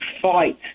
fight